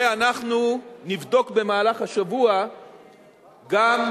ואנחנו נבדוק במהלך השבוע גם,